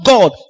God